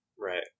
Right